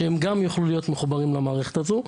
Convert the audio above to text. שהם גם יוכלו להיות מחוברים למערכת הזו,